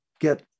get